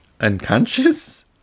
Unconscious